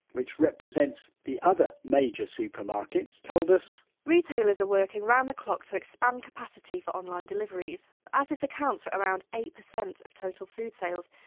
which represents the other major supermarkets, told us retailers are working around the clock to expand capacity for online deliveries but as this accounts for around eight percent of total food sales,